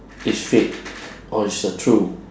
is fake or is the truth